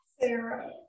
Sarah